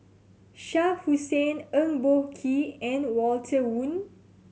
Shah Hussain Eng Boh Kee and Walter Woon